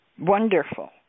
Wonderful